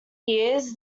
years